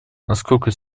насколько